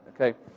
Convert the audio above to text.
Okay